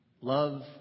love